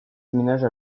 déménage